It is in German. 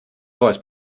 voice